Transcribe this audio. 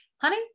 Honey